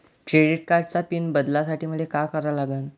Credit कार्डाचा pin बदलासाठी मले का करा लागन?